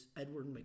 Edward